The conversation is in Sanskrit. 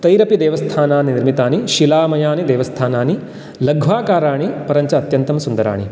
तैरपि देवस्थानानि निर्मितानि शीलामयानि देवस्थानानि लघ्वाकाराणि परञ्च अत्यन्तं सुन्दराणि